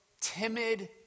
timid